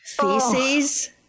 feces